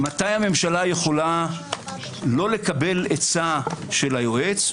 מתי הממשלה יכולה לא לקבל עצה של היועץ,